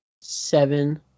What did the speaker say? Seven